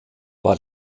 war